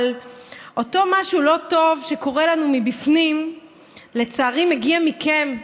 אבל אותו משהו לא טוב שקורה לנו מבפנים לצערי מגיע מכם,